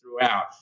throughout